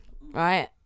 right